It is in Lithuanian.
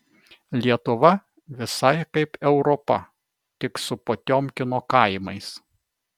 lietuva visai kaip europa tik su potiomkino kaimais